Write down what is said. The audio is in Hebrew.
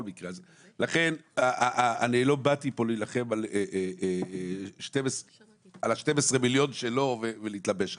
לכן אני לא באתי פה להילחם על ה-12 מיליון שלו ולהתלבש עליהם.